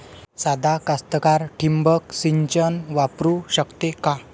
सादा कास्तकार ठिंबक सिंचन वापरू शकते का?